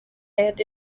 and